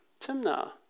Timnah